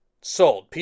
sold